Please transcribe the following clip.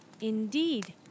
Indeed